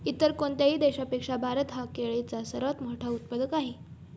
इतर कोणत्याही देशापेक्षा भारत हा केळीचा सर्वात मोठा उत्पादक आहे